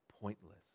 pointless